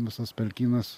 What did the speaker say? visas pelkynas